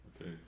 Okay